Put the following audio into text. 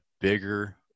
bigger